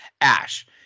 Ash